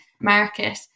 market